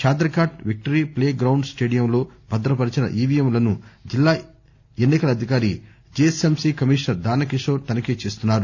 Chaderghat victory playground స్టేడియంలో భదపరిచిన ఈవీఎంలను జిల్లా ఎన్నికల అధికారి జీహెచ్ఎంసీ కమిషనర్ దానకిషోర్ తనిఖీ చేస్తున్నారు